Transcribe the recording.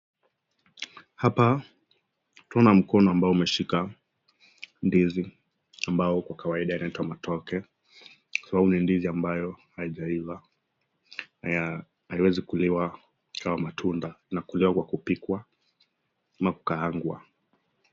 Hapa tunaona mkona ambaye imeshika ndizi ambao kwa kawaida inaitwa matoke hile ndizi haujaiva na haiwezi kuliwa kama matunda inakuliwa kama imepikwa ama kukaangwa.